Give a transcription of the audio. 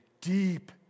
deep